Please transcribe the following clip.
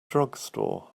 drugstore